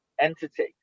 entity